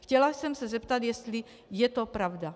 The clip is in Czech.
Chtěla jsem se zeptat, jestli je to pravda.